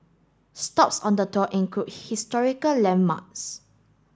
stops on the tour include historical landmarks